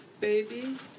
baby